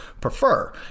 prefer